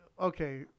okay